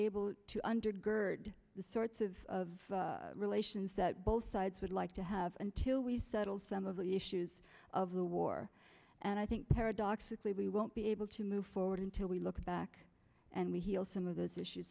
able to undergird the sorts of of relations that both sides would like to have until we settle some of the issues of the war and i think paradoxically we won't be able to move forward until we look back and we heal some of those issues